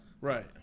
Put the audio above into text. Right